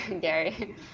Gary